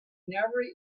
never